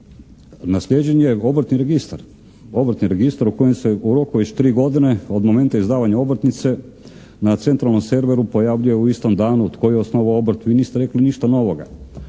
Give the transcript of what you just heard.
registar. Obrtni registar u kojem se u roku od tri godine od momenta izdavanja obrtnice na centralnom serveru pojavljuje u istom danu tko je osnovao obrt. Vi niste rekli ništa novoga,